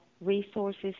resources